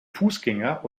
fußgänger